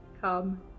come